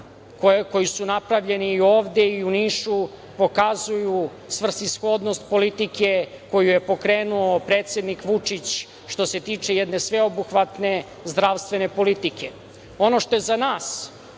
koji su napravljeni ovde i u Nišu pokazuju svrsishodnost politike koju je pokrenuo predsednik Vučić, što se tiče jedne sveobuhvatne zdravstvene politike. Ono što je za nas